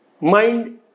mind